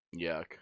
yuck